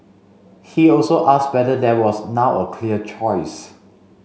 he also asked whether there was now a clear choice